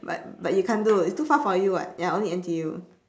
but but you can't do it's too far for you [what] ya only N_T_U